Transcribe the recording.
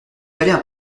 fallait